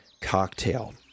cocktail